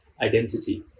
identity